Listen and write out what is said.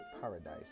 paradise